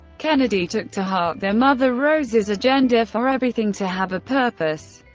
kennedy took to heart their mother rose's agenda for everything to have a purpose,